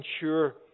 ensure